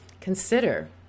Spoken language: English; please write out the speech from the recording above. consider